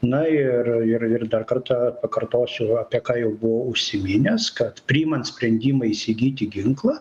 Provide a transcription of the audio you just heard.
na ir ir ir dar kartą pakartosiu apie ką jau buvau užsiminęs kad priimant sprendimą įsigyti ginklą